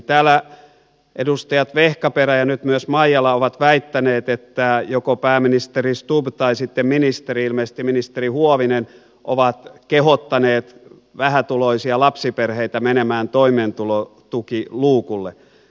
täällä edustajat vehkaperä ja nyt myös maijala ovat väittäneet että joko pääministeri stubb tai sitten ministeri ilmeisesti ministeri huovinen on kehottanut vähätuloisia lapsiperheitä menemään toimeentulotukiluukulle